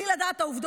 בלי לדעת את העובדות.